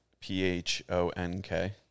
P-H-O-N-K